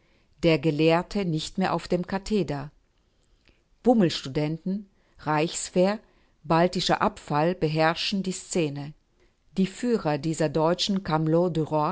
der gelehrte nicht mehr auf dem katheder bummelstudenten reichswehr baltischer abfall beherrschen die szene die führer dieser deutschen